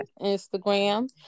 Instagram